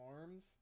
arms